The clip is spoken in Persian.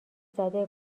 زده